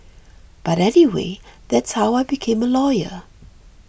but anyway that's how I became a lawyer